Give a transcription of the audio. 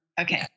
Okay